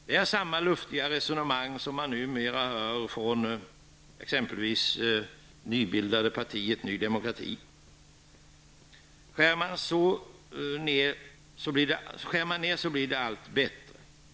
Det är samma luftiga resonemang som man numera hör från exempelvis det nybildade partiet ny demokrati. Skär man ned så blir allt bättre.